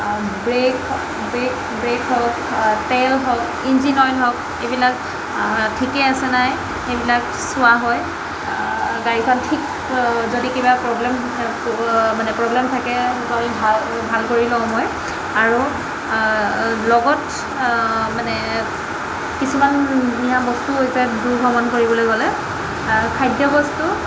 brake brake brake হওক তেল হওক ইঞ্জিন অইল হওক এইবিলাক ঠিকেই আছে নাই সেইবিলাক চোৱা হয় গাড়ীখন ঠিক যদি কিবা প্ৰব্লেম মানে প্ৰব্লেম থাকে তেতিয়া আমি ভাল ভাল কৰি লওঁ মই আৰু লগত মানে কিছুমান নিয়া বস্তু হৈছে দূৰ ভ্ৰমণ কৰিবলৈ গ'লে খাদ্যবস্তু